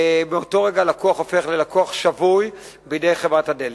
באותו הרגע הלקוח הופך ללקוח שבוי בידי חברת הדלק.